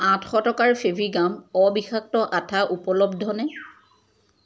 আঠশ টকাৰ ফেভিগাম অবিষাক্ত আঠা উপলব্ধনে